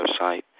website